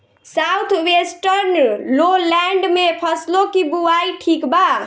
South western lowland में फसलों की बुवाई ठीक बा?